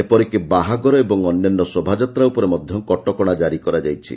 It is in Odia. ଏପରିକି ବାହାଘର ଏବଂ ଅନ୍ୟାନ୍ୟ ଶୋଭାଯାତ୍ରା ଉପରେ ମଧ୍ଧ କଟକଶା ଜାରି କରାଯାଇଛି